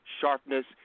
sharpness